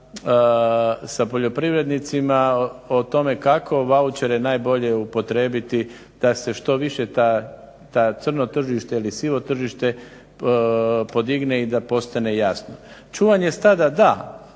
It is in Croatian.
sa poljoprivrednicima o tome kako vaučere najbolje upotrijebiti da se što više to crno tržište ili sivo tržište podigne i da postane jasno. Čuvanje stada da,